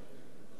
בבקשה.